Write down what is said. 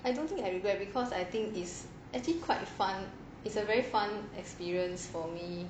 I don't think I regret because I think it's actually quite fun it's a very fun experience for me